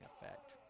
effect